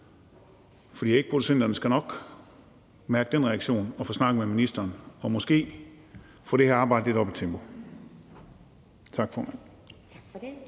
For ægproducenterne skal nok mærke den reaktion og få snakket med ministeren og måske få det her arbejde lidt op i tempo. Tak, formand.